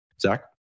Zach